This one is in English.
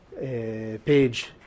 page